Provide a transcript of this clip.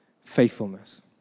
faithfulness